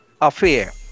affair